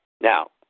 Now